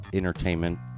entertainment